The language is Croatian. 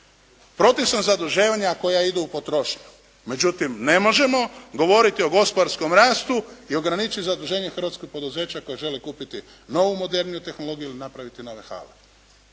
propisna zaduživanja koja idu u potrošnju, međutim ne možemo govoriti o gospodarskom rastu i ograničiti zaduženja hrvatskih poduzeća koja žele kupiti novu, moderniju tehnologiju i napraviti nove hale.